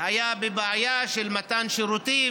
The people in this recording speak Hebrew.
היה בבעיה של מתן שירותים,